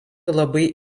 labai